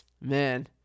man